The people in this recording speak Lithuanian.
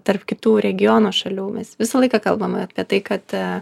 tarp kitų regiono šalių mes visą laiką kalbame apie tai kad